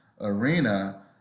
arena